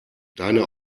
deine